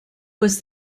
was